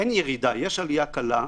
אין ירידה, יש עלייה קלה,